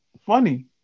funny